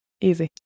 Easy